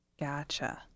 Gotcha